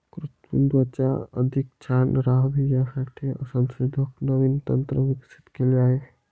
कृत्रिम त्वचा अधिक छान राहावी यासाठी संशोधक नवीन तंत्र विकसित केले आहे